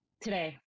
Today